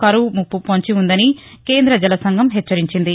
కరవు ముప్ప పొంచి ఉందని కేంద్ర జలసంఘం హెచ్చరించింది